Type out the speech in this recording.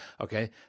Okay